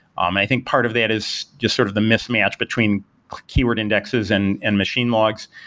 um i think part of that is just sort of the mismatch between keyword indexes and and machine logs.